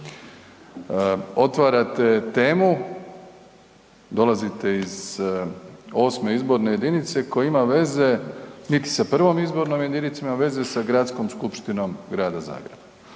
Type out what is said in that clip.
otvarate temu, dolazite iz VIII. Izborne jedinice koja ima veze niti sa I. izbornom jedinicom, ima veze sa Gradskom skupštinom Grada Zagreba.